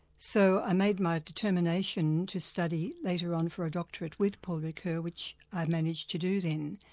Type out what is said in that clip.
so i made my determination to study later on for a doctorate with paul ricoeur, which i managed to do then.